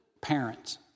parents